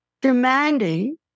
demanding